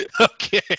Okay